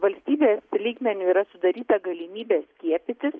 valstybės lygmeniu yra sudaryta galimybė skiepytis